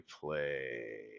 play